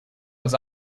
was